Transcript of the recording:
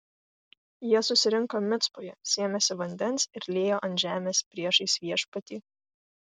jie susirinko micpoje sėmėsi vandens ir liejo ant žemės priešais viešpatį